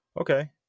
Okay